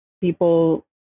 people